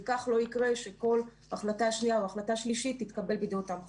וכך לא יקרה שכל החלטה שנייה או החלטה שלישית תתקבל בידי אותם חברים.